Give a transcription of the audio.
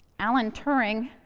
alan turing,